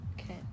Okay